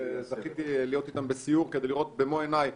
שזכיתי להיות איתם בסיור כדי לראות במו עיניי